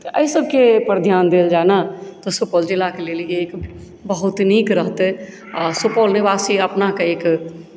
तऽ एहि सबकेँ पर ध्यान देल जाय ने तऽ सुपौल जिलाके लेल एक बहुत नीक रहतै आ सुपौल निवासी अपनाके एक